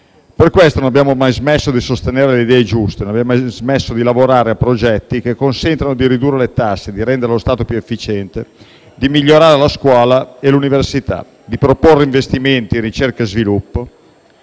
Per questo non abbiamo mai smesso di sostenere le idee giuste, di lavorare a progetti che consentano di ridurre le tasse, di rendere lo Stato più efficiente, di migliorare la scuola e l'università, di proporre investimenti in ricerca e sviluppo,